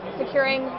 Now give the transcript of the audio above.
securing